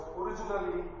originally